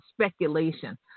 speculation